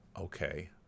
okay